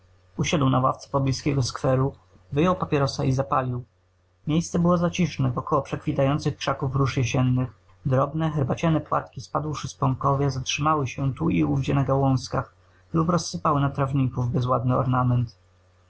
usiadł na ławce poblizkiego skweru wyjął papierosa i zapalił miejsce było zaciszne w około przekwitających krzaków róż jesiennych drobne herbaciane płatki spadłszy z pąkowia zatrzymały się tu i ówdzie na gałązkach lub rozsypały na trawniku w bezładny ornament na